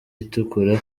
itukura